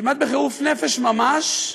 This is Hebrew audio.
כמעט בחירוף נפש ממש,